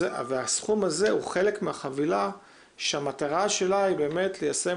הסכום הזה הוא חלק מחבילה שמטרתה ליישם